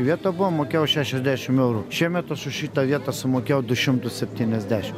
vieta buvo mokėjau šešiasdešim eurų šiemet aš už šitą vietą sumokėjau du šimtus septyniasdešim